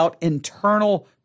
internal